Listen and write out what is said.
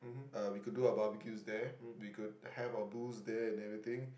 uh we could do our barbeques there we could have our booze there and everything